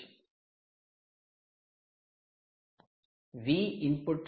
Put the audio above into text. Vip ఒక input